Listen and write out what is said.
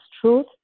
truth